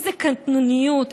איזו קטנוניות,